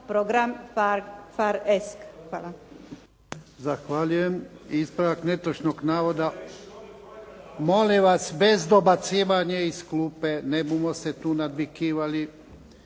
program PHARE ESK. Hvala.